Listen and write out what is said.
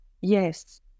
Yes